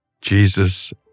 Jesus